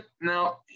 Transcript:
Now